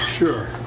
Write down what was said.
Sure